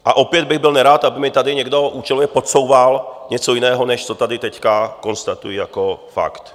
A opět bych byl nerad, aby mi tady někdo účelově podsouval něco jiného, než co tady teď konstatuji jako fakt.